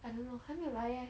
I don't know 还没有来 eh